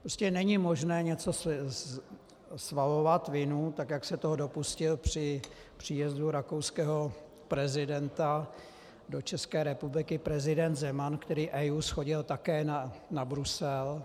Prostě není možné svalovat vinu, tak jak se toho dopustil při příjezdu rakouského prezidenta do České republiky prezident Zeman, který EIA shodil také na Brusel.